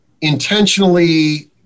intentionally